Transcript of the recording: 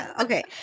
Okay